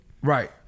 Right